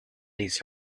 these